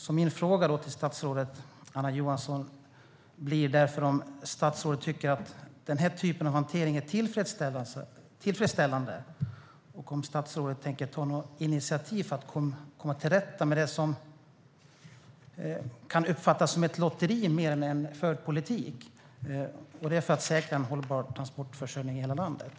Min fråga till statsrådet Anna Johansson blir därför om statsrådet tycker att den här typen av hantering är tillfredsställande och om statsrådet tänker ta något initiativ för att komma till rätta med det som kan uppfattas som ett lotteri mer än en förd politik för att säkra en hållbar transportförsörjning i hela landet.